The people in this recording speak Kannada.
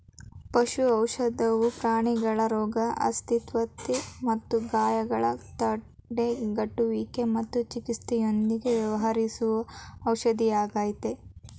ಪಶು ಔಷಧವು ಪ್ರಾಣಿಗಳ ರೋಗ ಅಸ್ವಸ್ಥತೆ ಮತ್ತು ಗಾಯಗಳ ತಡೆಗಟ್ಟುವಿಕೆ ಮತ್ತು ಚಿಕಿತ್ಸೆಯೊಂದಿಗೆ ವ್ಯವಹರಿಸುವ ಔಷಧಿಯಾಗಯ್ತೆ